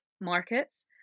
markets